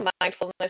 mindfulness